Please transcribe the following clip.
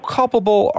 culpable